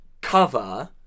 cover